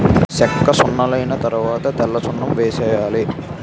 సెక్కసున్నలైన తరవాత తెల్లసున్నం వేసేయాలి